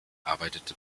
arbeitete